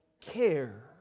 care